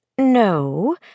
No